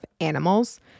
animals